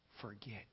forget